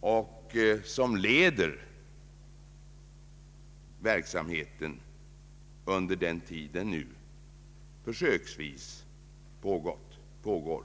och som leder den under den tid den nu försöksvis pågår.